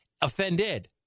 offended